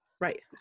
Right